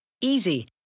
Easy